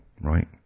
right